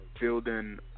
Building